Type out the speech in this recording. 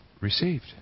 received